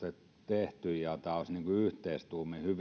tehty ja tämä olisi yhteistuumin